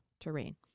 terrain